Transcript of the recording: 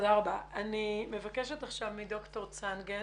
אני מבקשת עכשיו מדוקטור צנגן